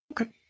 Okay